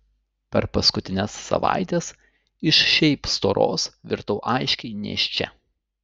per paskutines savaites iš šiaip storos virtau aiškiai nėščia